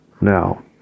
now